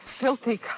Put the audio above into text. filthy